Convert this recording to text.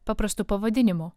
paprastu pavadinimu